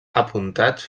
apuntats